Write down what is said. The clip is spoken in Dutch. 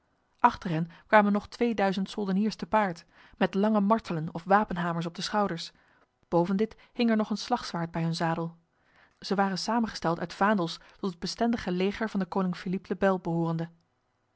hen kwamen nog tweeduizend soldeniers te paard met lange martelen of wapenhamers op de schouders boven dit hing er nog een slagzwaard bij hun zadel zij waren samengesteld uit vaandels tot het bestendige leger van de koning philippe le bel behorende